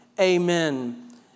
amen